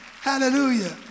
Hallelujah